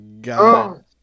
god